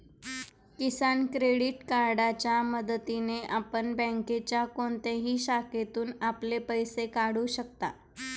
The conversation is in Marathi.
किसान क्रेडिट कार्डच्या मदतीने आपण बँकेच्या कोणत्याही शाखेतून आपले पैसे काढू शकता